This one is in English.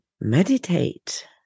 meditate